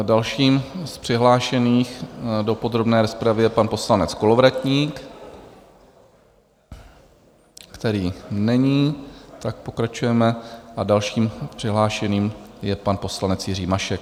Dalším z přihlášených do podrobné rozpravy je pan poslanec Kolovratník, který není, tak pokračujeme, a dalším přihlášeným je pan poslanec Jiří Mašek.